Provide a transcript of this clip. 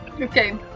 Okay